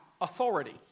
authority